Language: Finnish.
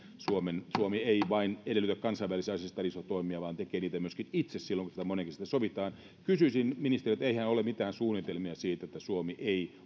suomi ei vain edellytä kansainvälisissä asioissa aseistariisuntatoimia vaan tekee niitä myöskin itse silloin kun niistä monenkeskisesti sovitaan kysyisin ministeriltä eihän ole mitään suunnitelmia siitä että suomi ei